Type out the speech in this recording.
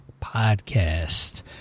Podcast